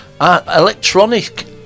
electronic